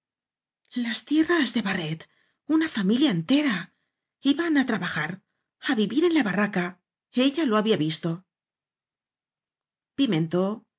las fierras de barret una familia ente ra iban á trabajar á vivir en la barraca ella lo había visto pimentó